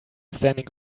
standing